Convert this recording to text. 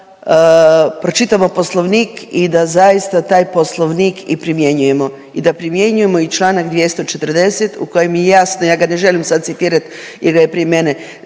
pročitamo Poslovnik i da zaista taj Poslovnik i primjenjujemo i da primjenjujemo i Članak 240. u kojem je jasno, ja ga ne želim sad citirat jer ga je prije mene